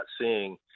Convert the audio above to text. seeing